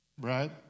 Right